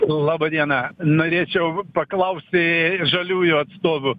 laba diena norėčiau paklausti žaliųjų atstovų